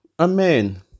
Amen